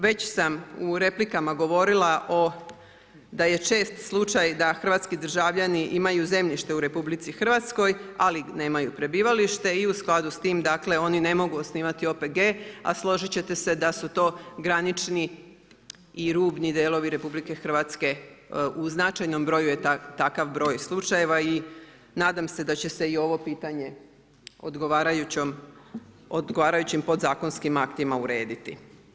Već sam u replikama govorila da je čest slučaj da hrvatski državljani imaju zemljište u RH, ali nemaju prebivalište i u skladu s tim oni ne mogu osnivati OPG a složiti ćete se da su to granični i rubni delovi RH u značajnom broju je takav broj slučajeva i nadam se da će se i ovo pitanje odgovarajućim podzakonskim aktima urediti.